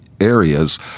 areas